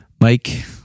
mike